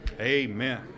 Amen